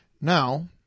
Now